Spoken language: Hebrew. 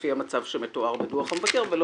לפי המצב שמתואר בדוח המבקר וזה לא